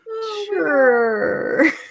Sure